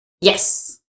Yes